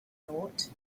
thought